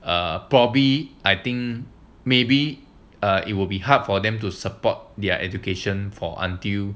err probably I think maybe it will be hard for them to support their education for until